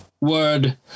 word